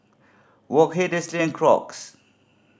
Wok Hey Delsey and Crocs